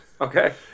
Okay